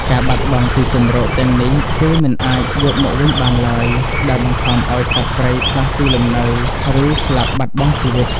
ការបាត់បង់ទីជម្រកទាំងនេះ គឺមិនអាចយកមកវិញបានឡើយ ដែលបង្ខំឱ្យសត្វព្រៃផ្លាស់ទីលំនៅ ឬស្លាប់បាត់បង់ជីវិត។